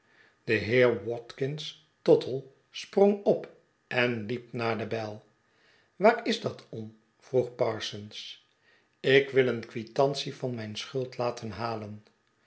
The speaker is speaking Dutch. de heer watkins tottle sprong op en liep naar de bel waar is dat om vroeg parsons ik wil een quitantie van mijn schuld laten halen